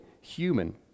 human